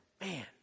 Man